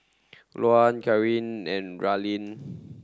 Luanne Caryn and Raelynn